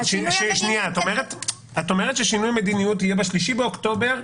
את אומרת ששינוי מדיניות יהיה ב-3 באוקטובר,